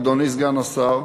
אדוני סגן השר,